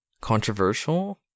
Controversial